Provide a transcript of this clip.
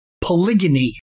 polygyny